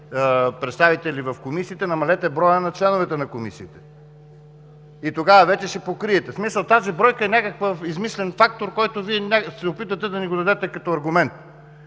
представители в комисиите, намалете броя на членовете на комисиите. Тогава вече ще покриете – в смисъл, тази бройка е някакъв измислен фактор, който Вие се опитвате да ни го дадете като аргумент.